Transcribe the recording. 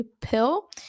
pill